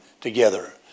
together